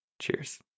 Cheers